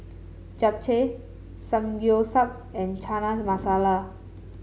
Japchae Samgyeopsal and Masala